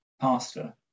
pastor